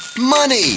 Money